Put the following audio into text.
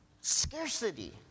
scarcity